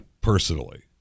personally